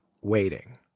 waiting